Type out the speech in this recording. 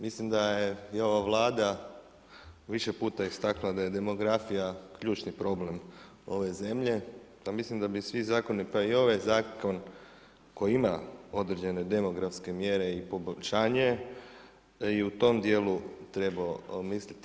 Mislim da je i ova Vlada više puta istaknula da je demografija ključni problem ove zemlje, pa mislim da bi svi zakoni, pa i ovaj zakon koji ima određene demografske mjere i poboljšanje i u tom dijelu misliti.